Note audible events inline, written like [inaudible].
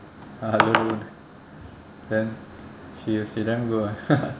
[laughs] lulu then she she damn good ah [laughs]